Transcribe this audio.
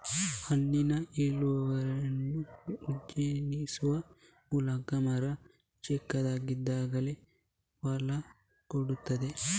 ಹಣ್ಣಿನ ಇಳುವರಿಯನ್ನು ಉತ್ತೇಜಿಸುವ ಮೂಲಕ ಮರ ಚಿಕ್ಕದಾಗಿದ್ದಾಗಲೇ ಫಸಲು ಕೊಡ್ತದೆ